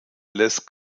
les